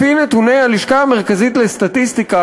לפי נתוני הלשכה המרכזית לסטטיסטיקה,